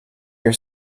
your